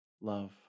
love